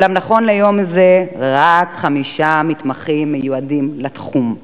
אולם נכון ליום זה רק חמישה מתמחים מיועדים לתחום.